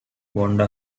vonda